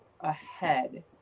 ahead